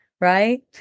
Right